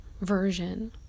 version